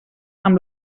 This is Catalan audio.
amb